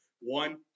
One